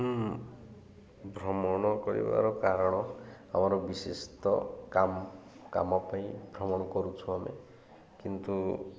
ଭ୍ରମଣ କରିବାର କାରଣ ଆମର ବିଶେଷତଃ କାମ କାମ ପାଇଁ ଭ୍ରମଣ କରୁଛୁ ଆମେ କିନ୍ତୁ